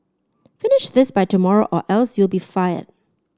finish this by tomorrow or else you'll be fired